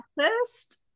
first